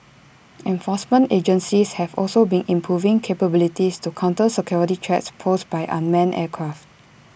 enforcement agencies have also been improving capabilities to counter security threats posed by unmanned aircraft